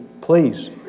please